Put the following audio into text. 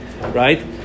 right